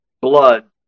blood